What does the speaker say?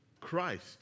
Christ